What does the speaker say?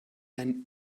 deinen